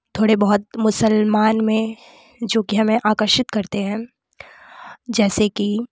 थोड़े बहुत मुसलमान में जो कि हमें आकर्षित करते हैं जैसे की